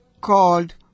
called